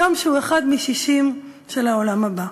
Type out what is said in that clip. יום שהוא אחד משישים של העולם הבא.